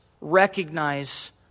recognize